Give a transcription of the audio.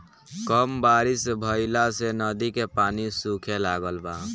कम बारिश भईला से नदी के पानी सूखे लागल बा